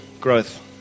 growth